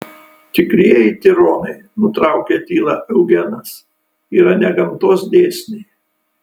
tikrieji tironai nutraukė tylą eugenas yra ne gamtos dėsniai